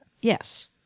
yes